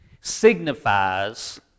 signifies